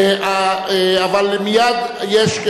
אבל מייד יש,